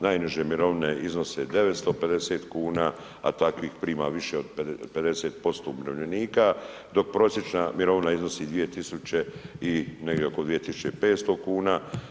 Najniže mirovine iznose 950 kuna, a takvih prima više od 50% umirovljenika dok prosječna mirovina iznosi 2 tisuće i, negdje oko 2.500 kuna.